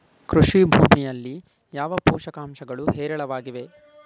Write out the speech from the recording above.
ಕೃಷಿ ಭೂಮಿಯಲ್ಲಿ ಯಾವ ಪೋಷಕಾಂಶಗಳು ಹೇರಳವಾಗಿವೆ?